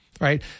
right